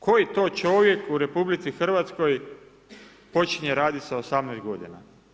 Koji to čovjek u RH počinje raditi sa 18 godina?